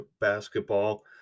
basketball